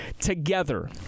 together